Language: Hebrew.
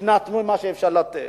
נתנו מה שאפשר לתת.